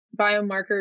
biomarker